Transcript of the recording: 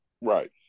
Right